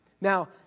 Now